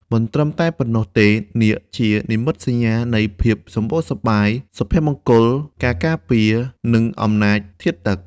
មិនត្រឹមតែប៉ុណ្ណោះទេ នាគ ជានិមិត្តសញ្ញានៃភាពសម្បូរសប្បាយ សុភមង្គល ការការពារ និងអំណាចធាតុទឹក។